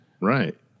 right